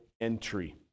entry